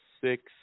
six